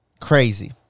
Crazy